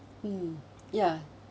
mm ya